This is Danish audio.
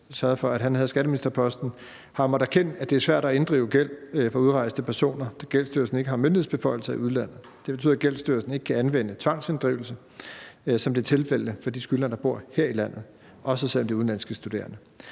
sørgede for, at han havde skatteministerposten – har måttet erkende, at det er svært at inddrive gæld fra udrejste personer, da Gældsstyrelsen ikke har myndighedsbeføjelser i udlandet. Det betyder, at Gældsstyrelsen ikke kan anvende tvangsinddrivelse, som det er tilfældet for de skyldnere, som bor her i landet, også selv om de er udenlandske studerende.